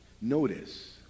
Notice